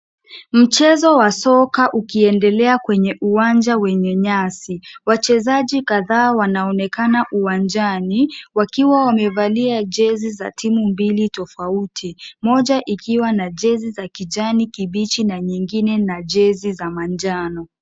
Mchezo wa soka ukiendelea kwenye uwanja wenye nyasi. Wachezaji kadhaa wanaonekana uwanjani wakiwa wamevalia jezi za timu mbili tofauti, moja ikiwa na jezi za kijani kibichi na nyingine na jezi za manjano.